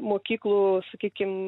mokyklų sakykim